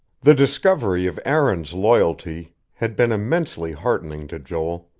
the discovery of aaron's loyalty had been immensely heartening to joel.